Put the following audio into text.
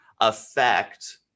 affect